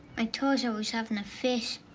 i told you i was having a fit.